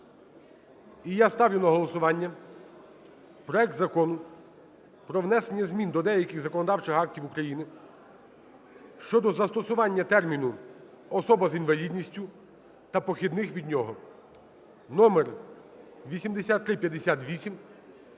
І я ставлю на голосування проект Закону про внесення змін до деяких законодавчих актів України щодо застосування терміну "особа з інвалідністю" та похідних від нього (№ 8358).